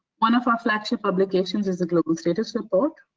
one of our flagship publications is the global status report,